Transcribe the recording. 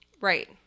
Right